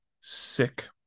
sick